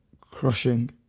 crushing